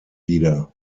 wieder